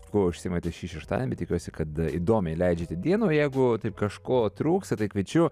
kuo užsiimate šį šeštadienį tikiuosi kad įdomiai leidžiate dieną o jeigu taip kažko trūksta tai kviečiu